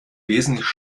wesentlich